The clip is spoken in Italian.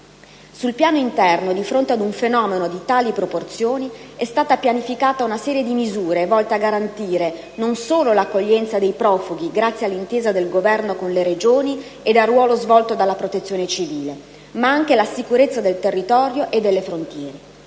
Sul piano interno, di fronte ad un fenomeno di tali proporzioni, è stata pianificata una serie di misure volte a garantire non solo l'accoglienza dei profughi, grazie all'intesa del Governo con le Regioni ed al ruolo svolto dalla Protezione civile, ma anche la sicurezza del territorio e delle frontiere.